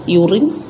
urine